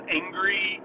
angry